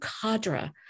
cadre